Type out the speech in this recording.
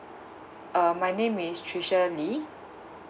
uh my name is trisha lee